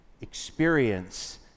experience